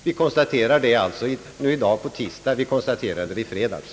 Vi konstaterar det alltså nu i dag på tisdagen. Vi konstaterade det i fredags.